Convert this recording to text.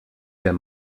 der